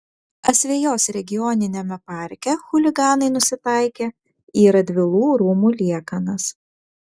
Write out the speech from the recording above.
asvejos regioniniame parke chuliganai nusitaikė į radvilų rūmų liekanas